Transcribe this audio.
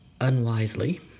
Unwisely